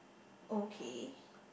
okay